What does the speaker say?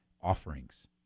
offerings